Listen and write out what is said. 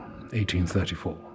1834